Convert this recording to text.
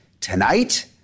Tonight